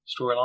storyline